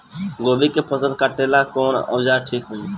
गोभी के फसल काटेला कवन औजार ठीक होई?